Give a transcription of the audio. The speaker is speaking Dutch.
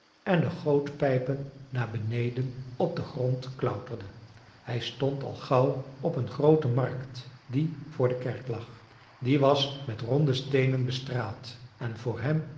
en de gootpijpen naar beneden op den grond klauterde hij stond al gauw op een groote markt die voor de kerk lag die was met ronde steenen bestraat en voor hem